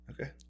Okay